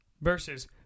versus